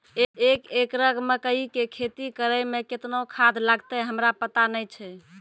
एक एकरऽ मकई के खेती करै मे केतना खाद लागतै हमरा पता नैय छै?